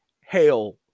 hail